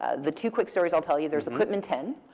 ah the two quick stories i'll tell you. there's the quitman ten.